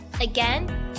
Again